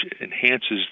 enhances